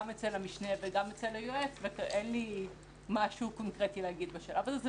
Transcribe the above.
גם אצל המשנה וגם אצל היועץ ואין לי משהו קונקרטי להגיד בשלב הזה.